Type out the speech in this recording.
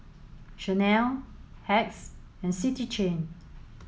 Chanel Hacks and City Chain